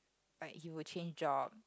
like he would change job